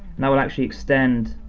that will actually extend,